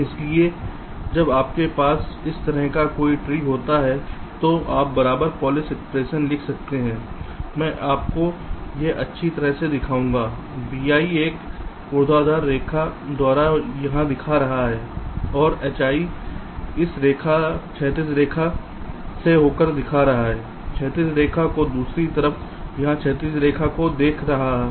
इसलिए जब आपके पास इस तरह का कोई ट्री होता है तो आप बराबर पॉलिश एक्सप्रेशन लिख सकते हैं मैं आपको यह अच्छी तरह से दिखाऊंगा VI एक ऊर्ध्वाधर रेखा द्वारा यहाँ दिखा रहा है और HI एक क्षैतिज रेखा से होकर दिखा रहा हूँ क्षैतिज रेखा को दूसरी तरफ यहाँ क्षैतिज रेखा को देख रहा हूँ